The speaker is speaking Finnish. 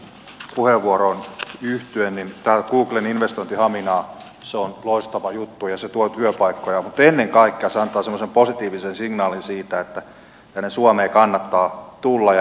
tähän edustaja hiltusen puheenvuoroon yhtyen tämä googlen investointi haminaan on loistava juttu ja tuo työpaikkoja mutta ennen kaikkea se antaa semmoisen positiivisen signaalin siitä että tänne suomeen kannattaa tulla ja investoida